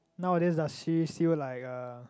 nowadays ah she still like uh